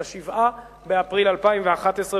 ב-7 באפריל 2011,